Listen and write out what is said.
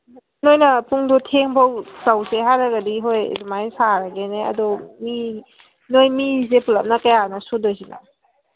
ꯅꯣꯏꯅ ꯄꯨꯡꯗꯣ ꯊꯦꯡꯕ ꯐꯥꯎꯕ ꯇꯧꯁꯦ ꯍꯥꯏꯔꯒꯗꯤ ꯍꯣꯏ ꯑꯗꯨꯃꯥꯏꯅ ꯁꯥꯔꯒꯦꯅꯦ ꯑꯗꯣ ꯃꯤ ꯅꯈꯣꯏ ꯃꯤꯁꯦ ꯄꯨꯂꯞꯅ ꯀꯌꯥꯅꯣ ꯁꯨꯒꯗꯣꯏꯁꯤꯅ